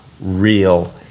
real